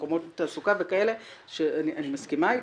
מקומות תעסוקה וכאלה, שאני מסכימה איתך.